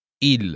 il